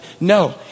No